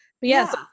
yes